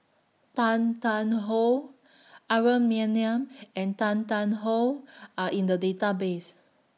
Tan Tarn How Aaron Maniam and Tan Tarn How Are in The Database